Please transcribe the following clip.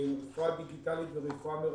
רפואה דיגיטלית ורפואה מרחוק,